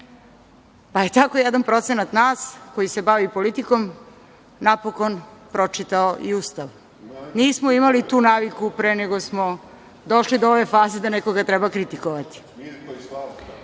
Pa je tako jedan procenat nas koji se bavi politikom napokon pročitao i Ustav. Nismo imali tu naviku pre nego smo došli do ove faze da nekoga treba kritikovati. Možda